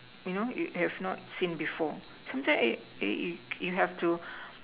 you know you have not seen before sometimes you you you have to